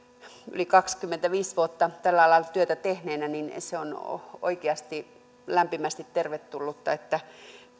yli kaksikymmentäviisi vuotta tällä alalla työtä tehneenä sanon että se on oikeasti lämpimästi tervetullutta että